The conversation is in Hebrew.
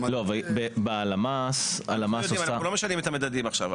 זה מדד --- בלמ"ס --- אנחנו לא משנים את המדדים עכשיו,